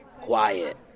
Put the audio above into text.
Quiet